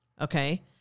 Okay